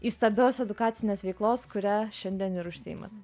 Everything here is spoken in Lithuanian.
įstabios edukacinės veiklos kuria šiandien ir užsiimat